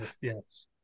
Yes